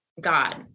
God